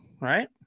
Right